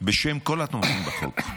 בשם כל התומכים בחוק,